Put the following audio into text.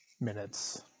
minutes